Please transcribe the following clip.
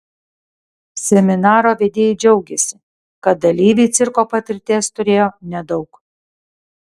seminaro vedėjai džiaugėsi kad dalyviai cirko patirties turėjo nedaug